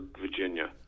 Virginia